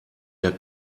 der